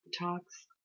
talks